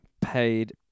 paid